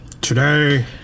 Today